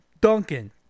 Duncan